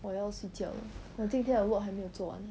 我要睡觉了我今天的 work 还没做完 leh